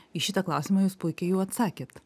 į šitą klausimą jūs puikiai jau atsakėt